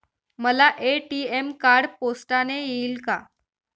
मला ATM card पोस्टाने येईल का?